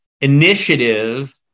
initiative